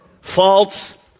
False